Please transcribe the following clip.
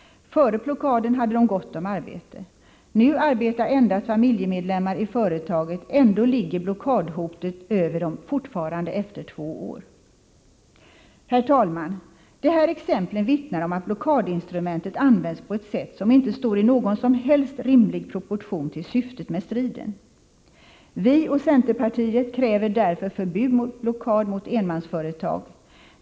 Före blockaden hade de gott om arbete. Nu arbetar endast familjemedlemmar i företaget. Ändå ligger blockadhotet över dem fortfarande efter två år. Herr talman! De här exemplen vittnar om att blockadinstrumentet används på ett sätt som inte står i någon som helst rimlig proportion till syftet med striden. Vi och centerpartiet kräver därför förbud mot blockad mot enmansföretag.